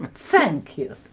thank you